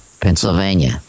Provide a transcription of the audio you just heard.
Pennsylvania